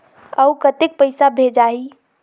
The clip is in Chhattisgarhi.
अउ कतेक पइसा भेजाही?